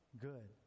good